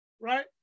right